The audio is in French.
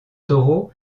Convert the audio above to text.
taureau